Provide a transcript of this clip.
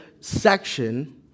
section